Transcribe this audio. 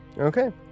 Okay